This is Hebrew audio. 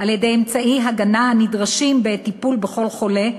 על-ידי אמצעי הגנה הנדרשים בטיפול בכל חולה,